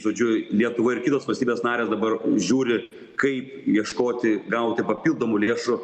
žodžiu lietuva ir kitos valstybės narės dabar žiūri kaip ieškoti gauti papildomų lėšų